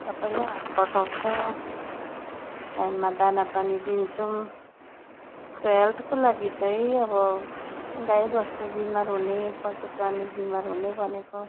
सबैले हात बटाउँछ टाइममा दानापानी दिन्छौँ त्यसको हेल्थको लागि चाहिँ अब गाइवस्तु विमार हुने पशुप्राणी बिमार हुने भनेको